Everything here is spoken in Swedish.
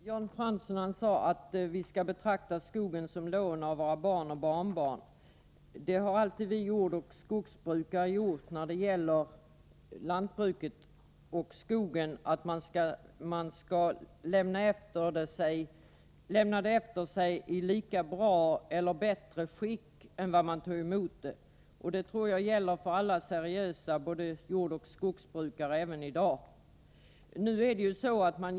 Herr talman! Jan Fransson sade att vi skall betrakta skogen som lån av våra barn och barnbarn. Det har vi jordoch skogsbrukare alltid gjort. När det gäller lantbruket och skogen har vi ansett att man skall lämna det efter sig i lika bra skick som när man tog emot det eller bättre. Jag tror att det gäller för alla seriösa både jordoch skogsbrukare även i dag.